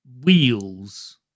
wheels